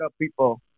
people